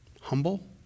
Humble